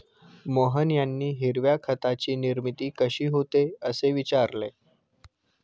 मोहन यांनी हिरव्या खताची निर्मिती कशी होते, असे विचारले